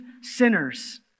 sinners